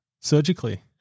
surgically